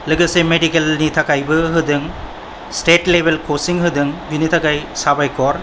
लोगोसे मेडिकेलनि थाखायबो होदों स्टेट लेवेल कचि होदों बिनि थाखाय साबायखर